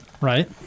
right